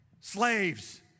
slaves